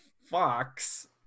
Fox